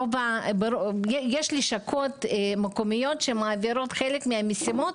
יש לשכות מקומיות שמעבירות חלק מהמשימות